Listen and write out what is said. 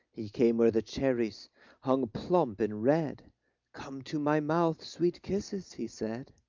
he came where the cherries hung plump and red come to my mouth, sweet kisses, he said.